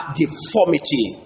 deformity